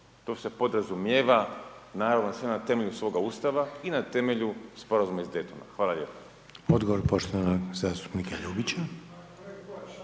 to se podrazumijeva, naravno sve na temelju svoga Ustava i na temelju sporazuma iz Daytona. Hvala lijepo. **Reiner, Željko (HDZ)**